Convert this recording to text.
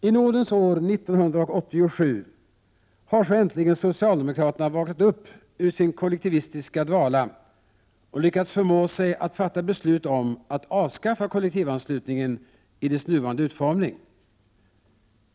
I nådens år 1987 har så äntligen socialdemokraterna vaknat upp ur sin kollektivistiska dvala och lyckats förmå sig att fatta beslut om att avskaffa kollektivanslutningen i dess nuvarande utformning.